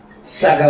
Saga